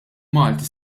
malti